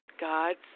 God's